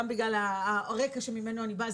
גם בגלל הרקע שממנו אני באה,